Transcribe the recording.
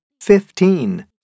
fifteen